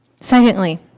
Secondly